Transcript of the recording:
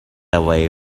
away